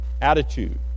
Attitude